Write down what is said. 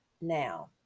now